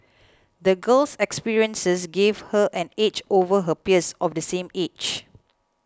the girl's experiences gave her an edge over her peers of the same age